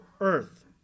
earth